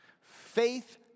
Faith